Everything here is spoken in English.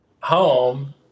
home